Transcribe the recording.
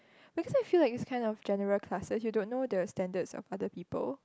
because I feel like it's kind of general classes you don't know the standards of other people